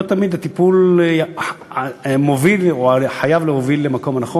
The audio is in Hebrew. לא תמיד הטיפול מוביל או חייב להוביל למקום הנכון.